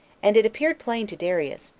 and it appeared plain to darius,